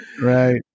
right